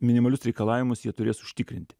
minimalius reikalavimus jie turės užtikrinti